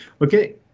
Okay